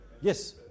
Yes